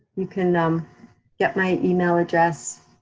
you can um get my email address.